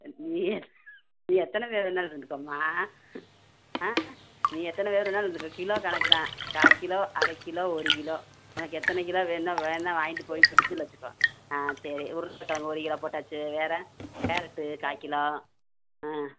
நீ நீ எத்தனை பேர் வேணாலும் இருந்துக்கோம்மா ஆ நீ எத்தனை பேர் வேணாலும் இருந்துக்கோ கிலோ கணக்குதான் கால் கிலோ அரை கிலோ ஒரு கிலோ உனக்கு எத்தனை கிலோ வேணுன்னால் வேணுன்னால் வாங்கிகிட்டு போய் ஃப்ரிட்ஜ்ஜில் வைச்சுக்கோ ஆ சரி உருளைக் கெழங்கு ஒரு கிலோ போட்டாச்சு வேறு கேரட்டு கால் கிலோ ஆ